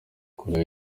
koreya